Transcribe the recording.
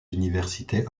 universités